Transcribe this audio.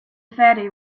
ferry